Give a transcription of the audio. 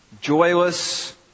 joyless